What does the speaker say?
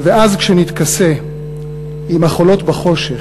// ואז כשנתכסה / עם החולות בחושך,